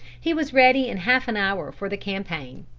he was ready in half an hour for the campaign.